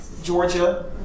Georgia